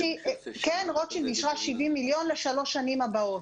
קרן רוטשילד אישרה 70 מיליון ש"ח לשלוש השנים הבאות.